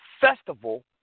festival